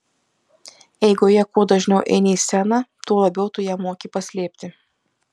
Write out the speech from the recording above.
eigoje kuo dažniau eini į sceną tuo labiau tu ją moki paslėpti